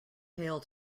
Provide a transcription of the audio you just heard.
pail